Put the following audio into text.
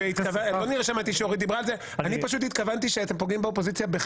לא שמעתי שחברת הכנסת סטרוק דיברה על זה.